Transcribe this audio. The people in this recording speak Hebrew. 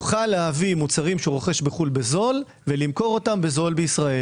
יוכל להביא מוצרים שהוא רוכש בחו"ל בזול ולמכור אותם בזול בישראל.